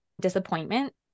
disappointment